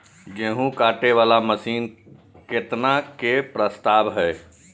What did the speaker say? गेहूँ काटे वाला मशीन केतना के प्रस्ताव हय?